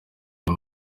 iyo